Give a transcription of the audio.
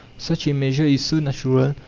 such a measure is so natural,